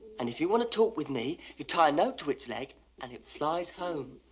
and if you want to talk with me, you tie a note to its leg and it flies home.